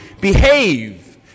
behave